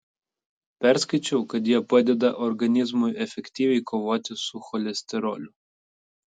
perskaičiau kad jie padeda organizmui efektyviai kovoti su cholesteroliu